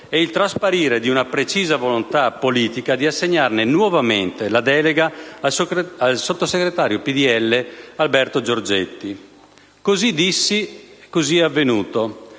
e il trasparire di una precisa volontà politica di assegnare nuovamente la delega al sottosegretario del PdL Alberto Giorgetti. Così dissi e così è avvenuto: